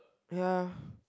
ya